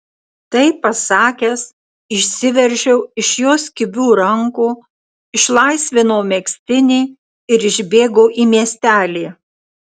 tai pasakęs išsiveržiau iš jos kibių rankų išlaisvinau megztinį ir išbėgau į miestelį